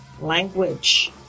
language